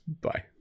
bye